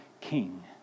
king